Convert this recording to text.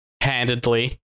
handedly